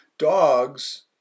Dogs